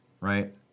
right